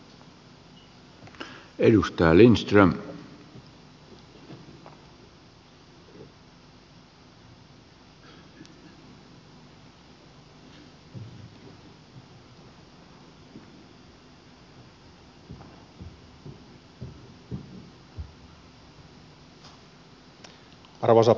arvoisa herra puhemies